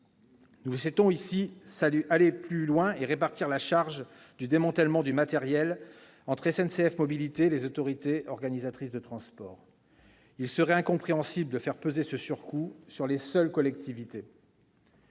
Nous souhaitons aller plus loin et répartir la charge du démantèlement du matériel entre SNCF Mobilités et les autorités organisatrices de transport. Il serait incompréhensible de faire peser ce surcoût sur les seules collectivités.